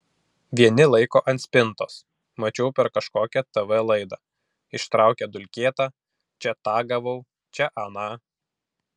vieni laiko ant spintos mačiau per kažkokią tv laidą ištraukė dulkėtą čia tą gavau čia aną